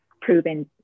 proven